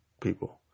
people